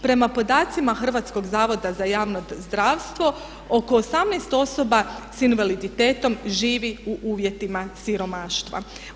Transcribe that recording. Prema podacima Hrvatskog zavoda za javno zdravstvo oko 18 osoba s invaliditetom živi u uvjetima siromaštva.